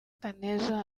kaneza